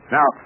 Now